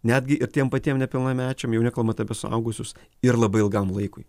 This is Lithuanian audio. netgi ir tiem patiem nepilnamečiam jau nekalbant apie suaugusius ir labai ilgam laikui